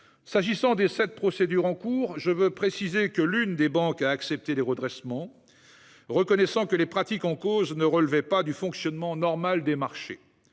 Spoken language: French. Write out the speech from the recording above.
S'agissant des sept procédures en cours, je veux préciser que l'une des banques a accepté les redressements, reconnaissant que les pratiques en cause ne relevaient pas du fonctionnement normal des marchés.